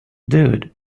dude